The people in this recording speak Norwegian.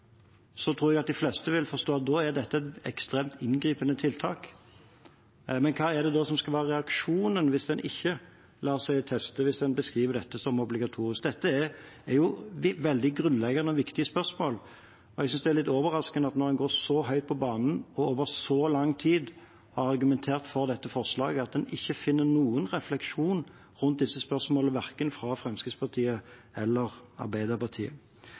tror jeg de fleste vil forstå at da er dette et ekstremt inngripende tiltak. Men hva er det da som skal være reaksjonen hvis en ikke lar seg teste, hvis en beskriver dette som obligatorisk? Dette er veldig grunnleggende og viktige spørsmål, og jeg synes det er litt overraskende når en går så høyt på banen og over så lang tid har argumentert for dette forslaget, at en ikke finner noen refleksjon rundt disse spørsmålene, verken fra Fremskrittspartiet eller fra Arbeiderpartiet.